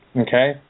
Okay